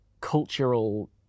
cultural